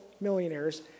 millionaires